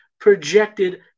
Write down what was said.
projected